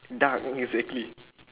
dark exactly